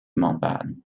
mountbatten